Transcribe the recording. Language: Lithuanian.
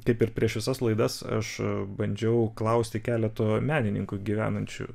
kaip ir prieš visas laidas aš bandžiau klausti keleto menininkų gyvenančių